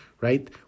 right